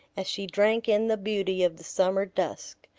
as she drank in the beauty of the summer dusk,